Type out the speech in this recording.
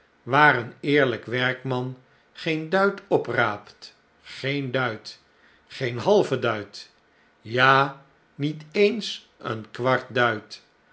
waar een eeriyk werkman geen duit opraapt geen duit geen halven duit ja niet eens een kwart duit